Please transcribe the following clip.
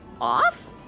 off